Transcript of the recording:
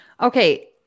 Okay